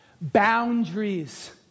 Boundaries